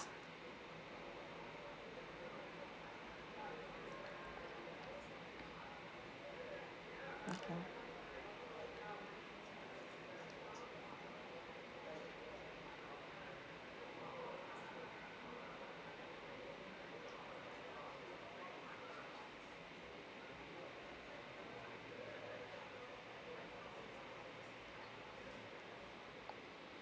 okay